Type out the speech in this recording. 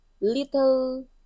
little